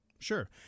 Sure